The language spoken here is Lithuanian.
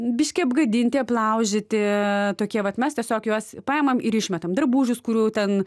biški apgadinti aplaužyti tokie vat mes tiesiog juos paimam ir išmetam drabužius kurių ten